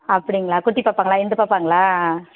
அப்படிங்களா குட்டி பாப்பாங்களா இந்த பாப்பாங்களா